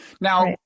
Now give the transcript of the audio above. now